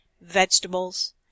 vegetables